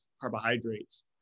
carbohydrates